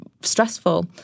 stressful